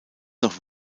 noch